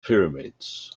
pyramids